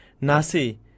Nasi